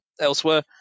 elsewhere